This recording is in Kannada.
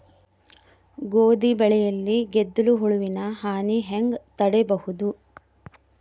ಗೋಧಿ ಬೆಳೆಯಲ್ಲಿ ಗೆದ್ದಲು ಹುಳುವಿನ ಹಾನಿ ಹೆಂಗ ತಡೆಬಹುದು?